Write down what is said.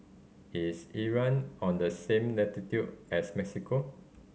is Iran on the same latitude as Mexico